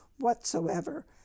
whatsoever